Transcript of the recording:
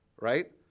right